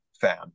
fan